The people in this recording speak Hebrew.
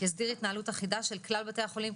יסדיר התנהלות אחידה של כלל בתי החולים,